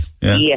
Yes